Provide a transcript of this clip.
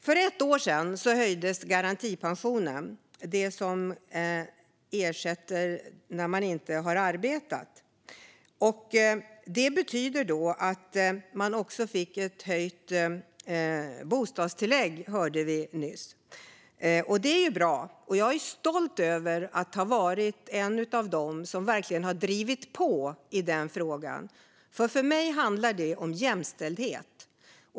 För ett år sedan höjdes garantipensionen, en ersättning om man inte har arbetat, och som vi hörde nyss höjdes också bostadstillägget. Det är bra, och jag är stolt över att ha varit en av dem som verkligen har drivit på i frågan. För mig handlar det om jämställdhet.